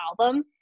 album